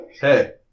hey